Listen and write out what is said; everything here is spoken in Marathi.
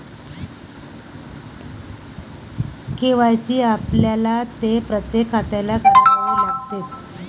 के.वाय.सी आपल्याला ते प्रत्येक खात्यात करावे लागते